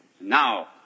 Now